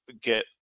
get